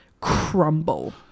crumble